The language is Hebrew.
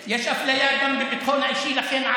יש אפליה גם בביטחון אישי ולכן,